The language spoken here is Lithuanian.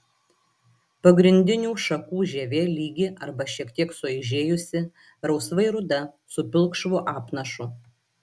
pagrindinių šakų žievė lygi arba šiek tiek suaižėjusi rausvai ruda su pilkšvu apnašu